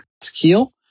skill